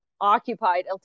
occupied